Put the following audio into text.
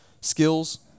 skills